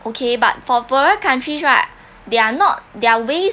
okay but for poorer countries right they're not their waste